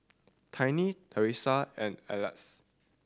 Tiny Theresa and Aleck